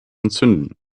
entzünden